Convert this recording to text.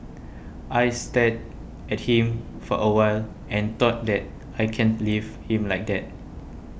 I stared at him for a while and thought that I can't leave him like that